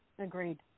Agreed